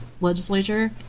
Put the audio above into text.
legislature